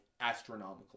astronomical